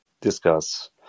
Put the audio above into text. discuss